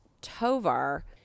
Tovar